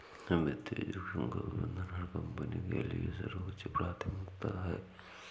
वित्तीय जोखिम का प्रबंधन हर कंपनी के लिए सर्वोच्च प्राथमिकता है